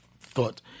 thought